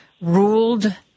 ruled